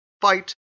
fight